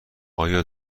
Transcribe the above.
آیا